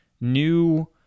new